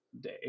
day